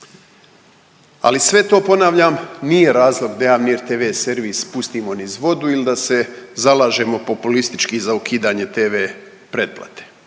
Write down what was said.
Ali sve to, ponavljam, nije razlog da jedan RTV servis pustimo niz vodu ili da se zalažemo populistički za ukidanje TV pretplate